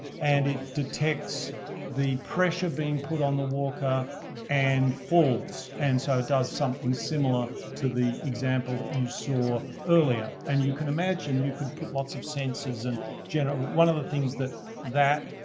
and it detects the pressure being put on the walker and falls. and so it does something similar to the example that you saw earlier. and you can imagine you could put lots of sensors and one of the things that that